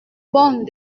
bonne